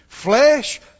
Flesh